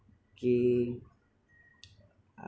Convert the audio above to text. okay